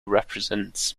represents